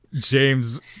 James